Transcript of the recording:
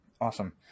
Awesome